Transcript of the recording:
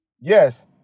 Yes